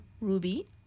ruby